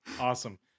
Awesome